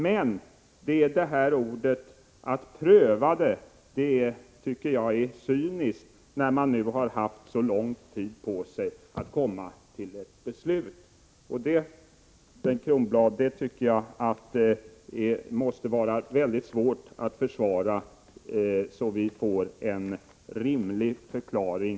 Men, som sagt, det jag reagerar på är att man säger att man skall pröva frågan. Det tycker jag är cyniskt, när man nu har haft så lång tid på sig för att komma fram till ett beslut. När det gäller tidsaspekten i det här sammanhanget måste det, Bengt Kronblad, vara mycket svårt att ge en rimlig förklaring.